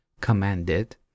commanded